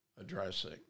addressing